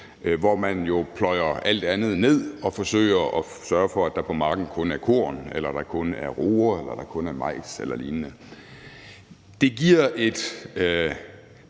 hvor man jo pløjer alt andet ned og forsøger at sørge for, at der på marken kun er korn, roer, majs eller lignende. Det giver et